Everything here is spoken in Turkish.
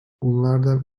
bunlardan